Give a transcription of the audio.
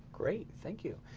great, thank you.